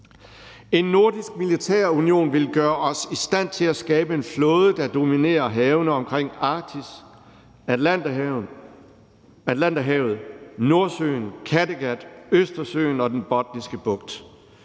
En nordisk militærunion vil gøre os i stand til at skabe en flåde, der dominerer havene omkring Arktis, Atlanterhavet, Nordsøen, Kattegat, Østersøen og Den Botniske Bugt.